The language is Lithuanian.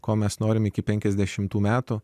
ko mes norime iki penkiasdešimtų metų